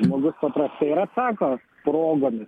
žmogus paprastai ir atsako progomis